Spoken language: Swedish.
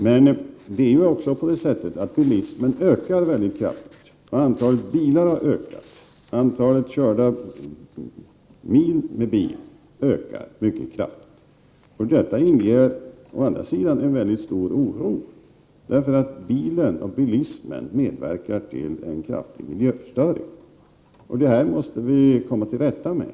Men det är också så att bilismen ökar mycket kraftigt: Antalet bilar har ökat, och antalet körda mil med bil har ökat mycket kraftigt. Detta inger å 67 Prot. 1988/89:118 andra sidan en mycket stor oro, därför att bilen och bilismen medverkar till en kraftig miljöförstöring. Det måste vi komma till rätta med.